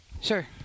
Sure